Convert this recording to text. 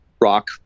rock